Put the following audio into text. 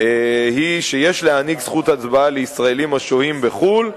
היא שיש להעניק זכות הצבעה לישראלים השוהים בחו"ל.